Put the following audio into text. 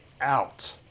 out